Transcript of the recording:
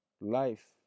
Life